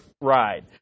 ride